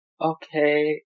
Okay